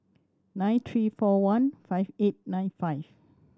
nine three four one five eight nine five